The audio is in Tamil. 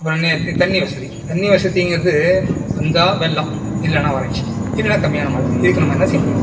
அப்புறம் தண்ணி வசதி தண்ணி வசதிங்கிறது வந்தால் வெள்ளம் இல்லைன்னா வறட்சி இல்லைன்னா கம்மியான மழை இதுக்கு நம்ம என்ன செய்ய முடியும்